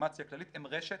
דה-לגיטימציה כללית, הם רשת,